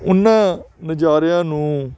ਉਹਨਾਂ ਨਜ਼ਾਰਿਆਂ ਨੂੰ